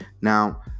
Now